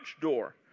door